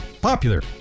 popular